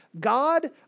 God